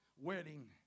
wedding